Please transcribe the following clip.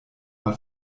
mal